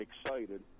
excited